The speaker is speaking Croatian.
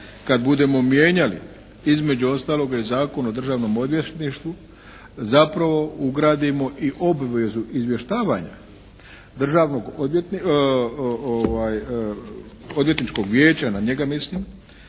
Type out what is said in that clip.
kad budemo mijenjali između ostaloga i Zakon o državnom odvjetništvu zapravo ugradimo i obvezu izvještavanja odvjetničkog vijeća, na njega mislim,